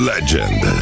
Legend